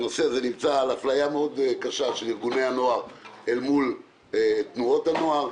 אפליה מאוד קשה של ארגוני הנוער אל מול תנועות הנוער,